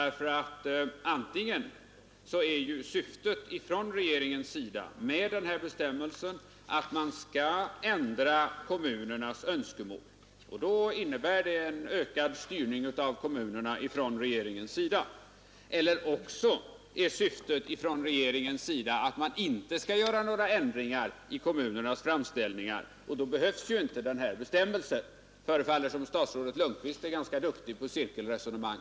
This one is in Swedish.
Regeringens syfte med denna bestämmelse är ju antingen att man skall ändra kommunernas önskemål — och då innebär det en ökad styrning av kommunerna från regeringens sida — eller också att man inte skall göra ändringar i kommunernas framställningar, och då behövs inte denna bestämmelse. Det förefaller som om statsrådet Lundkvist också är ganska duktig på cirkelresonemang.